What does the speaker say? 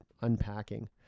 unpacking